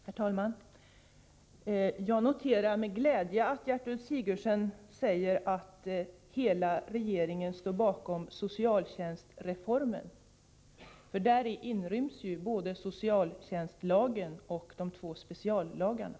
Herr talman! Jag noterar med glädje att Gertrud Sigurdsen säger att hela regeringen står bakom socialtjänstreformen, för däri inryms ju både socialtjänstlagen och de två speciallagarna.